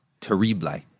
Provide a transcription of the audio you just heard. terrible